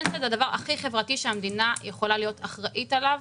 פנסיה זה הדבר הכי חברתי שהמדינה יכולה להיות אחראית עליו,